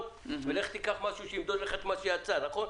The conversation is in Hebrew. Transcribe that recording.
לך תיקח משהו שימדוד לך מה שיצא, נכון?